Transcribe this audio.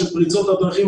של פריצות הדרכים,